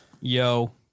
yo